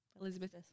Elizabeth